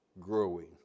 growing